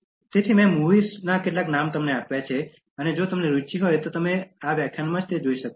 તેથી મેં મૂવીઝનાં કેટલાક નામ આપ્યાં છે જે જો તમને રુચિ હોય તો તમે વ્યાખ્યાનમાં જ જોઈ શકો છો